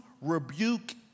rebuke